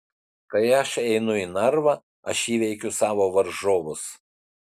kai aš einu į narvą aš įveikiu savo varžovus